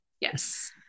Yes